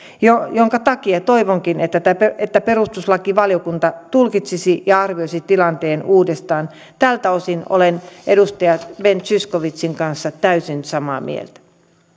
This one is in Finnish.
minkä takia toivonkin että perustuslakivaliokunta tulkitsisi ja arvioisi tilanteen uudestaan tältä osin olen edustaja ben zyskowiczin kanssa täysin samaa mieltä